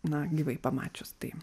na gyvai pamačius tai